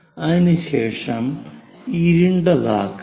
അതിനുശേഷം ഇരുണ്ടതാക്കുക